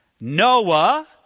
Noah